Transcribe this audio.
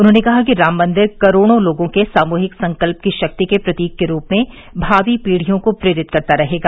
उन्होंने कहा कि राम मंदिर करोड़ों लोगों के सामूहिक संकल्प की शक्ति के प्रतीक के रूप में भावी पीढ़ियों को प्रेरित करता रहेगा